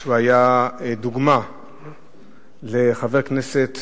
שהוא היה דוגמה לחבר כנסת